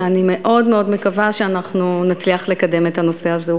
ואני מאוד מקווה שנצליח לקדם את הנושא הזה.